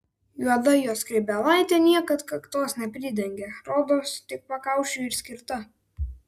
juoda jo skrybėlaitė niekad kaktos nepridengia rodos tik pakaušiui ir skirta